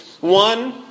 One